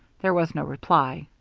there was no reply.